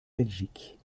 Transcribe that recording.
belgique